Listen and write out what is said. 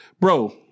Bro